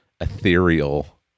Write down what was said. ethereal